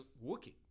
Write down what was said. working